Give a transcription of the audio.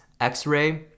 X-ray